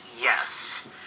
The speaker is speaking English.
Yes